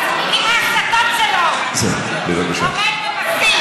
הרי כמעט תמיד כשאת עולה פה את מדברת לא לעניין,